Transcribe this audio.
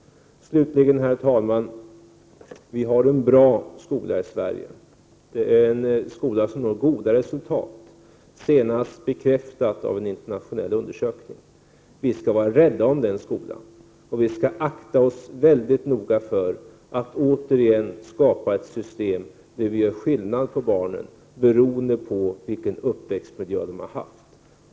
Slutligen, herr talman! Vi har en bra skola i Sverige. Det är en skola som når goda resultat, senast bekräftade av en internationell undersökning. Vi skall vara rädda om den skolan, och vi skall mycket noga akta oss för att återigen skapa ett system där vi gör skillnad på barnen beroende på uppväxtmiljön.